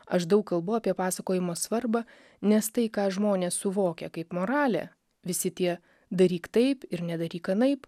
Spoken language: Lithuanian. aš daug kalbu apie pasakojimo svarbą nes tai ką žmonės suvokia kaip moralę visi tie daryk taip ir nedaryk anaip